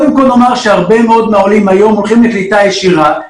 הרבה מאוד מהעולים היום הולכים לקליטה ישירה,